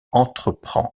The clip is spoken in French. entreprend